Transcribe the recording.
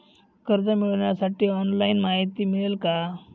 कर्ज मिळविण्यासाठी ऑनलाइन माहिती मिळेल का?